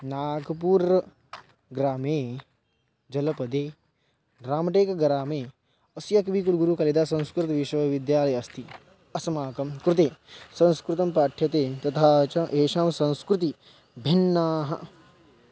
नागपूर् ग्रामे जनपदे रामटेकग्रामे अस्य कविकुलगुरुकालिदाससंस्कृतविश्वविद्यालयः अस्ति अस्माकं कृते संस्कृतं पाठ्यते तथा च एषां संस्कृतिः भिन्ना